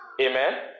amen